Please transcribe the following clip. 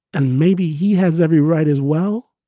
and maybe he has every right as well.